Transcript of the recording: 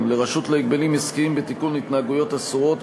לרשות להגבלים עסקיים לתיקון התנהגויות אסורות,